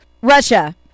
Russia